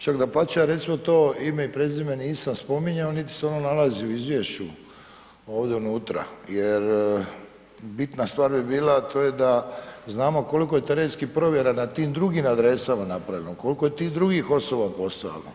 Čak dapače, ja recimo to ime i prezime nisam spominjao niti se ono nalazi u izvješću ovdje unutra jer bitna stvar bi bila a to je da znamo koliko je terenskih provjera na tim drugim adresama napravljeno, koliko je tih drugih osoba postojalo.